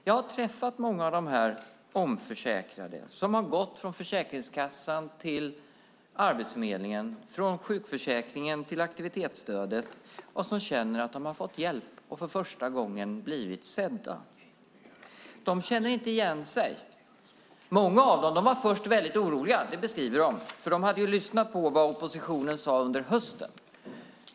Jag har träffat många av de omförsäkrade som har gått från Försäkringskassan till Arbetsförmedlingen, från sjukförsäkringen till aktivitetsstödet och som känner att de har fått hjälp och för första gången blivit sedda. De känner inte igen sig. De var först väldigt oroliga, det beskriver de, för de hade lyssnat på vad oppositionen sade under hösten.